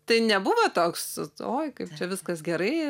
tai nebuvo toks oi kaip čia viskas gerai